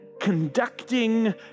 conducting